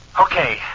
Okay